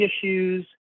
issues